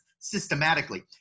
systematically